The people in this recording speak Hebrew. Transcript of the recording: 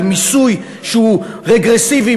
על מיסוי שהוא רגרסיבי,